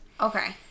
okay